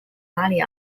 马里